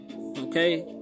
Okay